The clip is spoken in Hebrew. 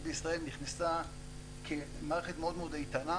בישראל נכנסה כמערכת מאוד מאוד איתנה,